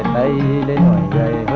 a k